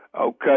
Okay